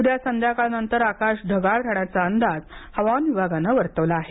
उद्या संध्याकाळनंतर आकाश ढगाळ राहण्याचा अंदाज हवामान विभागानं वर्तवला आहे